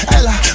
Ella